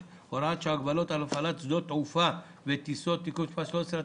(הוראת שעה) (הגבלות על הפעלת שדות תעופה וטיסות) (תיקון מס' 13),